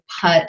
PUT